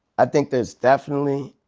i think there's definitely,